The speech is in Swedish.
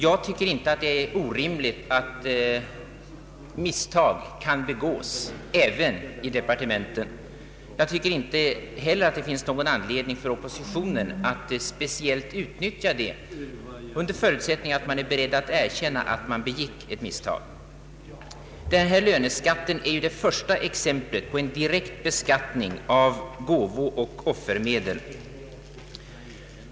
Det är inte orimligt att misstag begås också i departementen! Det finns enligt min mening inte heller anledning för oppositionen att speciellt utnyttja det under förutsättning att vederbörande departement är berett att erkänna att det begick ett misstag. Denna löneskatt är det första exemplet på en direkt beskattning av gåvooch offermedel.